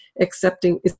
accepting